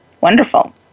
Wonderful